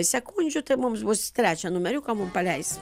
sekundžių tai mums bus trečią numeriuką mum paleis